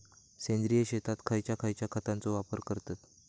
सेंद्रिय शेतात खयच्या खयच्या खतांचो वापर करतत?